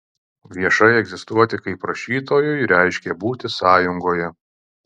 viešai egzistuoti kaip rašytojui reiškė būti sąjungoje